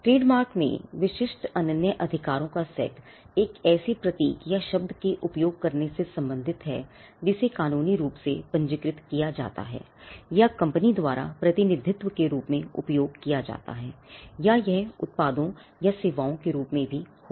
trademark में विशिष्ट अनन्य अधिकारों का सेट एक ऐसे प्रतीक या शब्द का उपयोग करने से संबंधित है जिसे कानूनी रूप से पंजीकृत किया जाता है या कंपनी द्वारा प्रतिनिधित्व के रूप में उपयोग किया जाता है या यह उत्पादों या सेवाओं के रूप में भी हो सकता है